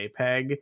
jpeg